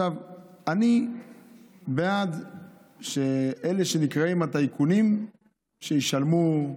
אני בעד שאלה שנקראים הטייקונים שישלמו.